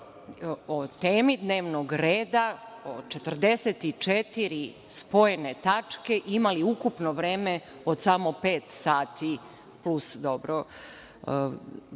o temi dnevnog reda, o 44 spojene tačke imali ukupno vreme od samo pet sati, plus govori